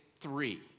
three